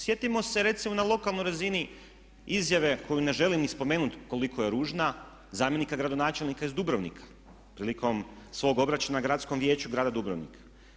Sjetimo se recimo na lokalnoj razini izjave koju ni ne želim ni spomenuti koliko je ružna, zamjenika gradonačelnika iz Dubrovnika prilikom svog obračuna Gradskom vijeću grada Dubrovnika.